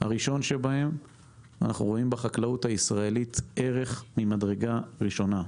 אנחנו רואים בחקלאות ערך ממדרגה ראשונה,